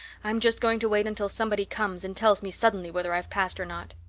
i'm just going to wait until somebody comes and tells me suddenly whether i've passed or not.